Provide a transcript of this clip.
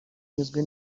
nyuzwe